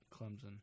Clemson